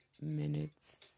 minutes